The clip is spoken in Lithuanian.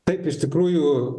taip iš tikrųjų